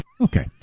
Okay